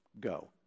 go